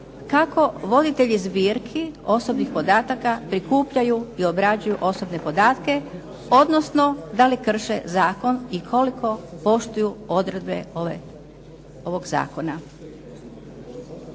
kako voditelji zbirki osobnih podataka prikupljaju i obrađuju osobne podatke, odnosno da li krše zakon i koliko poštuju odredbe ovog zakona.